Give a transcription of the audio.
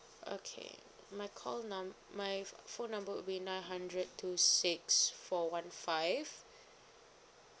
okay my call num~ my ph~ phone number would be nine hundred two six four one five